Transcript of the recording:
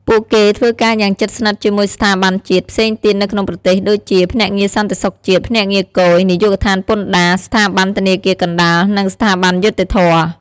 ពួកគេធ្វើការយ៉ាងជិតស្និទ្ធជាមួយ ស្ថាប័នជាតិ ផ្សេងទៀតនៅក្នុងប្រទេសដូចជា ភ្នាក់ងារសន្តិសុខជាតិ ភ្នាក់ងារគយ នាយកដ្ឋានពន្ធដារ ស្ថាប័នធនាគារកណ្តាល និងស្ថាប័នយុត្តិធម៌។